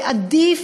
ועדיף,